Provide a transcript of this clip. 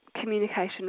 communication